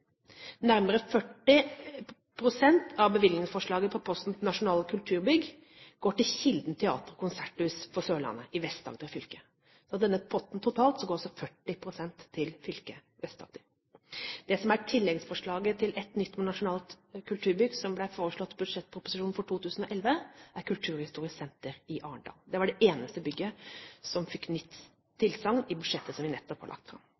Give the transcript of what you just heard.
Nærmere 40 pst. av bevilgningsforslaget på posten Nasjonale kulturbygg går til Kilden Teater- og konserthus for Sørlandet i Vest-Agder fylke. Av denne potten totalt går altså 40 pst. til fylket Vest-Agder. Det som er tilleggsforslaget til et nytt nasjonalt kulturbygg, som ble foreslått i budsjettproposisjonen for 2011, er kulturhistorisk senter i Arendal. Det var det eneste bygget som fikk nytt tilsagn i budsjettet som vi nettopp har lagt fram.